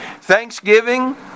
thanksgiving